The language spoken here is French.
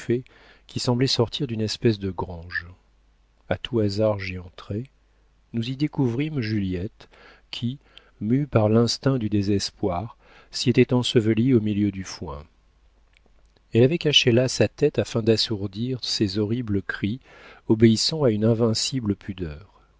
qui semblaient sortir d'une espèce de grange a tout hasard j'y entrai nous y découvrîmes juliette qui mue par l'instinct du désespoir s'y était ensevelie au milieu du foin elle avait caché là sa tête afin d'assourdir ses horribles cris obéissant à une invincible pudeur